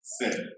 sin